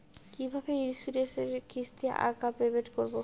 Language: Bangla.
কিভাবে ইন্সুরেন্স এর কিস্তি আগাম পেমেন্ট করবো?